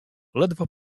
ledwo